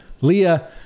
leah